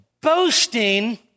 boasting